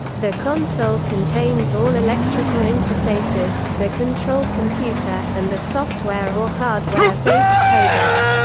the console contains all electrical interfaces, the control computer, and the software or hardware-based codec.